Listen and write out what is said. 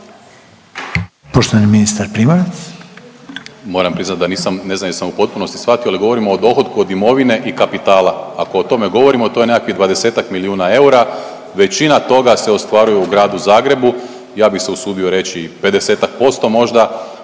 Poštovani ministar Primorac.